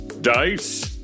Dice